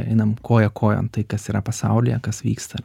einam koja kojon tai kas yra pasaulyje kas vyksta